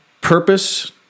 Purpose